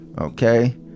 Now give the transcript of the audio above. Okay